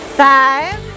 five